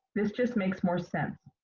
this just makes more sense.